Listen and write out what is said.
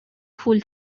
پول